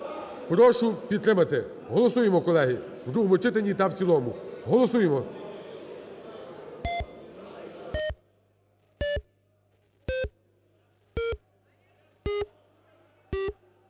прошу підтримати. Голосуємо, колеги, в другому читанні та в цілому. Голосуємо.